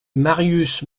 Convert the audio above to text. marius